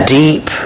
deep